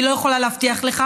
אני לא יכולה להבטיח לך.